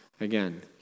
Again